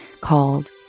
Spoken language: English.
called